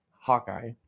Hawkeye